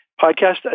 podcast